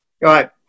Right